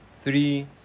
Three